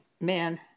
men